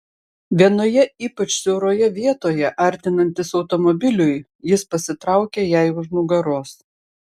vienoje ypač siauroje vietoje artinantis automobiliui jis pasitraukė jai už nugaros